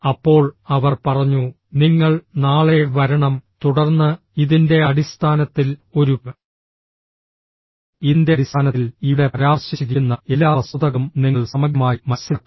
അപ്പോൾ അവർ പറഞ്ഞു നിങ്ങൾ നാളെ വരണം തുടർന്ന് ഇതിന്റെ അടിസ്ഥാനത്തിൽ ഒരു ഇതിന്റെ അടിസ്ഥാനത്തിൽ ഇവിടെ പരാമർശിച്ചിരിക്കുന്ന എല്ലാ വസ്തുതകളും നിങ്ങൾ സമഗ്രമായി മനസ്സിലാക്കണം